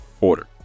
order